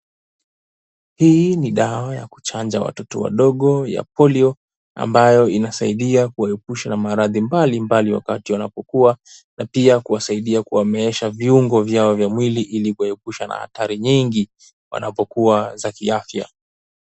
Hii ni dawa ya kuchanja watoto wadogo ya polio ambayo inasaidia kuwaepusha na maradhi mbali mbali wakati wanapokuwa na pia kuwasaidia kuwameesha viungo vyao vya mwili ili kuwaepusha na hatari nyingi wanapokuwa za kiafya.